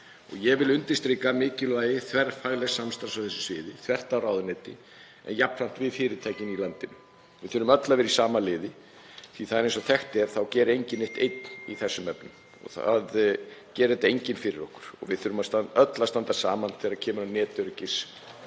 Ég vil undirstrika mikilvægi þverfaglegs samstarfs á þessu sviði þvert á ráðuneyti, en jafnframt við fyrirtækin í landinu. Við þurfum öll að vera í sama liði, því að eins og þekkt er þá gerir enginn neitt einn í þessum efnum og það gerir enginn þetta fyrir okkur. Við þurfum öll að standa saman þegar kemur að netöryggismálum